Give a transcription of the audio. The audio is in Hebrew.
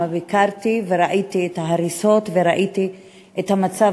ביקרתי שם, ראיתי את ההריסות וראיתי את המצב,